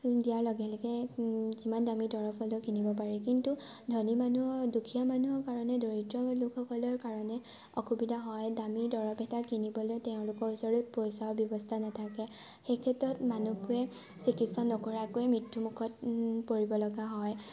দিয়াৰ লগে লগে কিমান দামী দৰৱ হ'লেও কিনিব পাৰে কিন্তু ধনী মানুহৰ দুখীয়া মানুহৰ কাৰণে দৰিদ্ৰ লোকসকলৰ কাৰণে অসুবিধা হয় দামী দৰৱ এটা কিনিবলৈ তেওঁলোকৰ ওচৰত পইচাৰ ব্যৱস্থা নাথাকে সেইক্ষেত্ৰত মানুহে চিকিৎসা নকৰাকৈ মৃত্যুমুখত পৰিব লগা হয়